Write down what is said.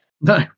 No